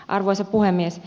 arvoisa puhemies